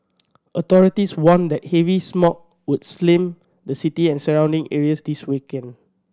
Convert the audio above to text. authorities warned that heavy smog would slam the city and surrounding areas this weekend